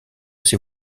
ses